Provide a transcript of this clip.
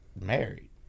married